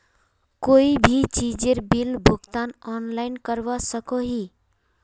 कोई भी चीजेर बिल भुगतान ऑनलाइन करवा सकोहो ही?